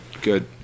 Good